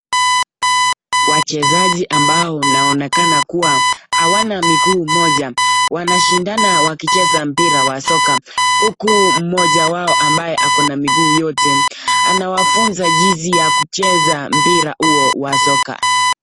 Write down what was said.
Wachezaji ambao wanaonekana kuwa hawana miguu mmoja wanashindana wakicheza mpira wa soka huku mmoja wao ambaye ako na miguu yote anawafunza jinsi ya kucheza mpira huo wa soka.